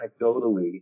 anecdotally